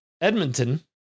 Edmonton